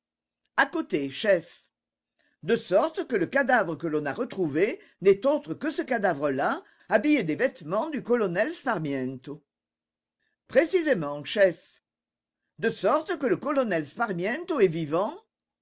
à côté chef de sorte que le cadavre que l'on a retrouvé n'est autre que ce cadavre là habillé des vêtements du colonel sparmiento précisément chef de sorte que le colonel sparmiento est vivant